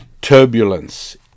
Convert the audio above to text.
turbulence